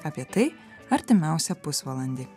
apie tai artimiausią pusvalandį